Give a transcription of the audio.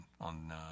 on